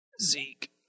Zeke